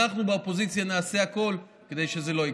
אנחנו באופוזיציה נעשה הכול כדי שזה לא יקרה.